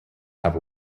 have